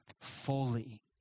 fully